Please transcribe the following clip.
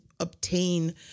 obtain